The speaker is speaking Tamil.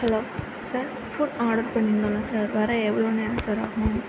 ஹலோ சார் ஃபுட் ஆர்டர் பண்ணியிருந்தோல சார் வர எவ்வளோ நேரம் சார் ஆகும்